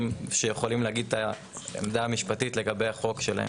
שיכולים להגיד את העמדה המשפטית לגבי החוק שלהם.